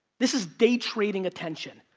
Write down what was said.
this is day trading attention.